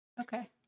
Okay